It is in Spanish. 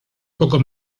poco